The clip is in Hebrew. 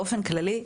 באופן כללי,